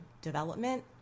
development